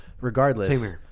regardless